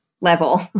level